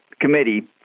committee